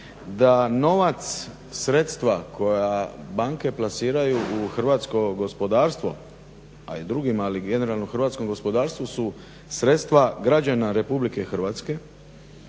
da novac, sredstva koja banke plasiraju u hrvatsko gospodarstvo a i drugima, ali generalno hrvatskom gospodarstvu su sredstva građana RH i da